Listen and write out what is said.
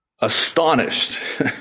astonished